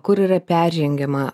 kur yra peržengiama